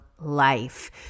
life